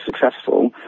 successful